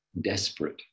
desperate